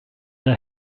der